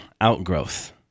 outgrowth